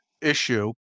issue